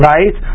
Right